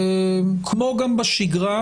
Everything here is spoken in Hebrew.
כמו גם בשגרה,